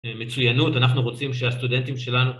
מצוינות, אנחנו רוצים שהסטודנטים שלנו